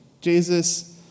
Jesus